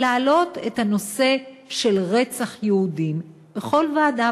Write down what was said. להעלות את הנושא של רצח יהודים בכל ועדה,